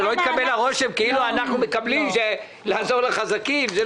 שלא יתקבל הרושם כאילו אנחנו מקבלים שיש לעזור לחזקים ולא לחלשים.